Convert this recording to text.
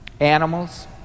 animals